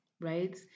right